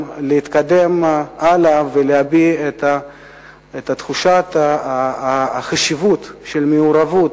להתקדם הלאה ולהעלות את תחושת החשיבות של המעורבות,